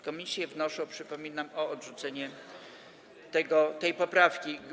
Komisje wnoszą, przypominam, o odrzucenie tej poprawki.